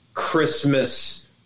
christmas